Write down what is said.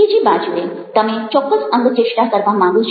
બીજી બાજુએ તમે ચોક્કસ અંગચેષ્ટા કરવા માંગો છો